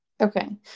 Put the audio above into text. okay